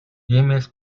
иймээс